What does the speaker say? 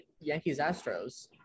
Yankees-Astros